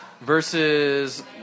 versus